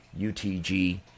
UTG